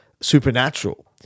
supernatural